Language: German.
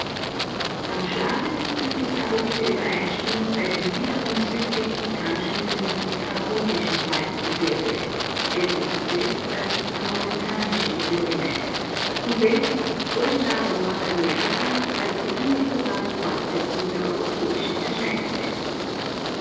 am schlagendsten ist aber die übereinstimmung bei dem wiederum südlich sich anschließenden karbonischen faltengebirge welches e suess das armorikanische gebirge nennt und welches die kohlenlager nordamerikas als die unmittelbare fortsetzung der europäischen erscheinen läßt